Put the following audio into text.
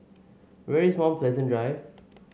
where is Mount Pleasant Drive